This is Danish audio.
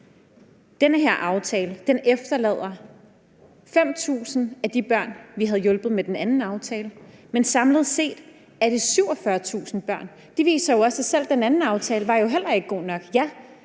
Denne her aftale efterlader 5.000 af de børn, vi havde hjulpet med den anden aftale, men samlet set er det 47.000 børn. Det viser jo også, at selv den anden aftale heller ikke var god nok.